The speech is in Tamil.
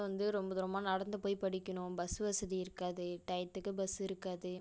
வந்து ரொம்ப தூரமாக நடந்து போய் படிக்கணும் பஸ் வசதி இருக்காது டயத்துக்கு பஸ்ஸு இருக்காது